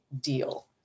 deal